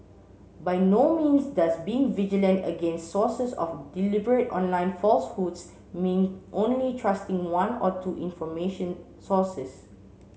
by no means does being vigilant against sources of deliberate online falsehoods mean only trusting one or two information sources